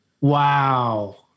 Wow